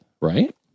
right